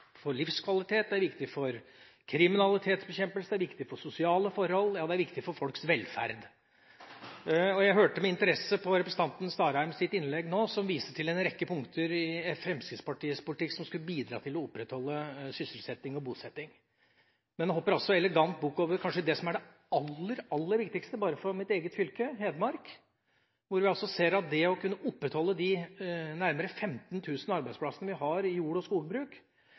for livskvalitet, det er viktig for kriminalitetsbekjempelse, det er viktig for sosiale forhold – ja, det er viktig for folks velferd. Jeg hørte med interesse på representanten Starheim, som i sitt innlegg nå viste til en rekke punkter i Fremskrittspartiets politikk som skulle bidra til å opprettholde sysselsetting og bosetting. Men han hopper altså elegant bukk over det som kanskje er det aller, aller viktigste. Bare i mitt eget fylke, Hedmark, ser vi at for å kunne opprettholde de nærmere 15 000 arbeidsplassene vi har i jord- og skogbruk,